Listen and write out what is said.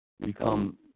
become